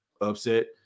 upset